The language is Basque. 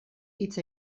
hitz